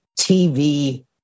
TV